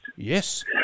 Yes